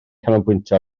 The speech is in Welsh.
canolbwyntio